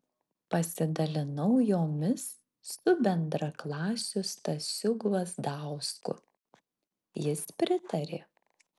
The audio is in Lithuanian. pasidalinau jomis su bendraklasiu stasiu gvazdausku jis pritarė